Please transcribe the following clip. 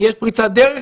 יש פריצת דרך,